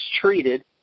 treated